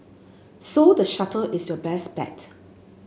so the shuttle is your best bet